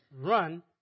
run